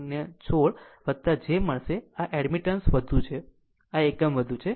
16 j મળશે આ admittance વધુ છે આમ એકમ વધુ છે